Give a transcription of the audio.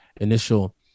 initial